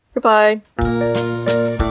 Goodbye